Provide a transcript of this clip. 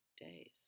days